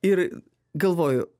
ir galvoju